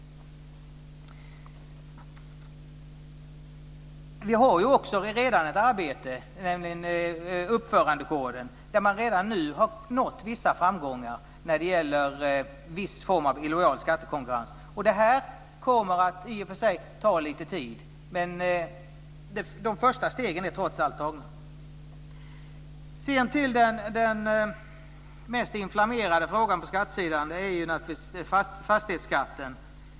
Det pågår också ett arbete, nämligen uppförandekoden, där man redan nu har nått vissa framgångar när det gäller viss form av illojal skattekonkurrens. Det här kommer i och för sig att ta lite tid, men de första stegen är trots allt tagna. Sedan till den mest inflammerade frågan på skattesidan. Det är naturligtvis fastighetsskatten.